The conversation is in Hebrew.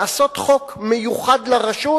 לעשות חוק מיוחד לרשות,